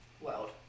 world